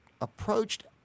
approached